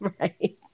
right